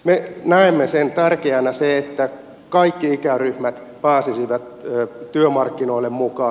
me näemme tärkeänä sen että kaikki ikäryhmät pääsisivät työmarkkinoille mukaan